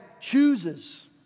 chooses